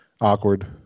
awkward